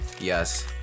Yes